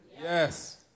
Yes